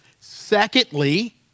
Secondly